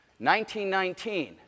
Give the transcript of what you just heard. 1919